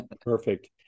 Perfect